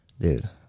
dude